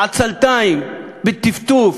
בעצלתיים, בטפטוף.